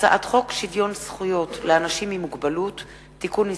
הצעת חוק שוויון זכויות לאנשים עם מוגבלות (תיקון מס'